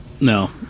No